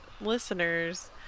listeners